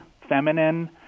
feminine